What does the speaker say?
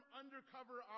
undercover